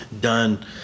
done